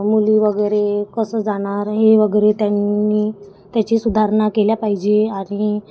मुली वगैरे कसं जाणार हे वगैरे त्यांनी त्याची सुधारणा केली पाहिजे आणि